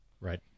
Right